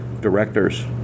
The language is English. directors